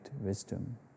wisdom